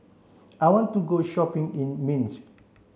I want to go shopping in Minsk